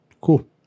Cool